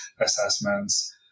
assessments